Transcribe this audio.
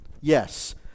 Yes